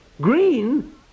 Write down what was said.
Green